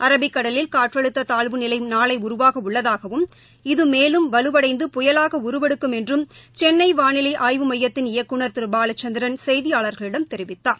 அரபிக்கடலில் காற்றழுத்த தாழ்வு நிலை நாளை உருவாக உள்ளதாகவும் இது மேலும் வலுவடைந்து புயலாக உருவெடுக்கும் என்று சென்னை வானிலை ஆய்வு மையத்தின் இயக்குகநர் திரு பாலச்சந்திரன் செய்தியாளர்களிடம் தெரிவித்தார்